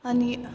अनि